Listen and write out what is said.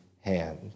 hand